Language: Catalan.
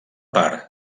part